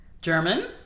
German